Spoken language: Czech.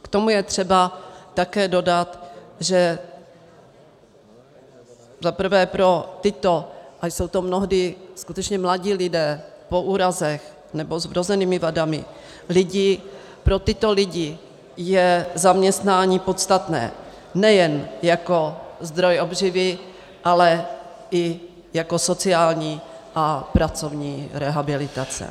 K tomu je třeba také dodat, že za prvé pro tyto, ač jsou to mnohdy skutečně mladí lidé po úrazech nebo s vrozenými vadami, pro tyto lidi je zaměstnání podstatné nejen jako zdroj obživy, ale i jako sociální a pracovní rehabilitace